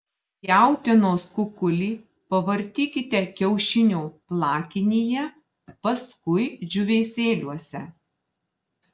jautienos kukulį pavartykite kiaušinio plakinyje paskui džiūvėsėliuose